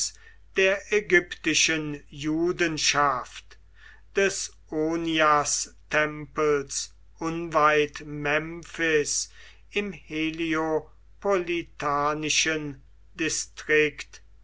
der ägyptischen judenschaft des oniastempels unweit memphis im heliopolitanischen distrikt